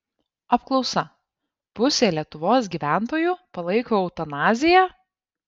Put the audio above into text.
apklausa pusė lietuvos gyventojų palaiko eutanaziją